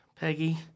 Peggy